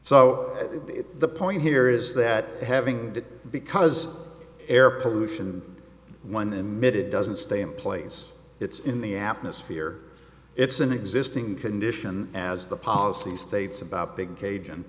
so the point here is that having it because air pollution one emitted doesn't stay in place it's in the atmosphere it's an existing condition as the policy states about big ca